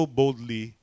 boldly